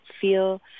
feel